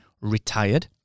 retired